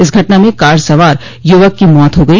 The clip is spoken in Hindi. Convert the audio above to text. इस घटना में कार सवार युवक की मौत हो गई